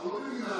אנחנו לא, במים.